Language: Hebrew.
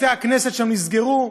בתי הכנסת שם נסגרו,